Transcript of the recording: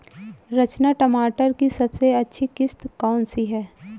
रचना मटर की सबसे अच्छी किश्त कौन सी है?